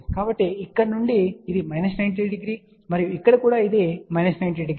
కాబట్టి ఇక్కడ నుండి ఇది మైనస్ 90 డిగ్రీ మరియు ఇక్కడ ఇది కూడా మైనస్ 90 డిగ్రీ